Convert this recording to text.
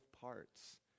parts